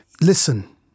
listen